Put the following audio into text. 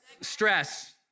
stress